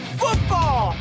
football